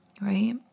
right